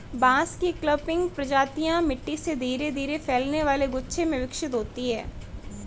बांस की क्लंपिंग प्रजातियां मिट्टी से धीरे धीरे फैलने वाले गुच्छे में विकसित होती हैं